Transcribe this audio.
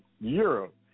Europe